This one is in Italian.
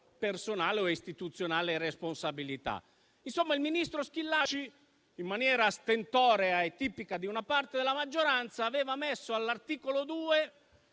personale o istituzionale responsabilità. Insomma, il ministro Schillaci, in maniera stentorea e tipica di una parte della maggioranza, aveva inserito all'articolo 2